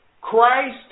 Christ